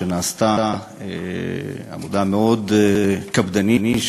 עבודה מאוד קפדנית,